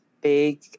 big